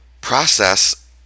process